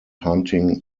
hunting